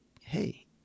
hey